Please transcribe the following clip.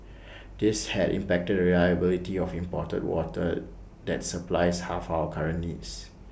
this has impacted reliability of imported water that supplies half our current needs